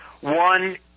one